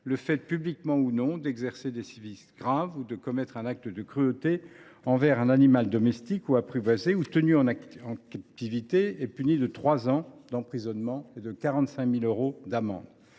Le fait, publiquement ou non, d’exercer des sévices graves ou de commettre un acte de cruauté envers un animal domestique, ou apprivoisé, ou tenu en captivité, est puni de trois ans d’emprisonnement et de 45 000 euros d’amende.